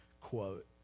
quote